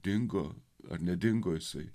dingo ar nedingo jisai